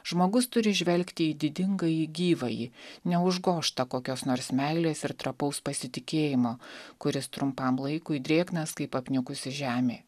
žmogus turi žvelgti į didingąjį gyvąjį neužgožtą kokios nors meilės ir trapaus pasitikėjimo kuris trumpam laikui drėgnas kaip apniukusi žemė